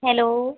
hello